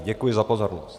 Děkuji za pozornost.